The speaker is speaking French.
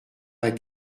vingt